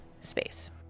space